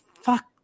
fuck